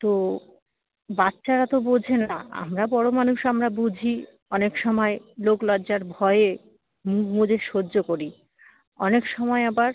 তো বাচ্ছারা তো বোঝে না আমরা বড়ো মানুষ আমরা বুঝি অনেক সমায় লোক লজ্জার ভয়ে মুখ বুজে সহ্য করি অনেক সময় আবার